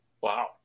Wow